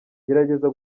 gerageza